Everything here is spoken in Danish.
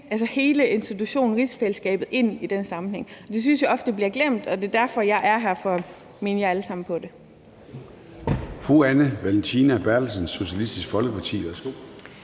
man hele institutionen rigsfællesskabet ind i den sammenhæng. Det synes jeg ofte bliver glemt, og det er derfor, jeg er her, nemlig for at minde jer alle sammen om det.